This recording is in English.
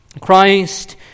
Christ